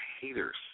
haters